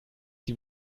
die